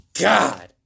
god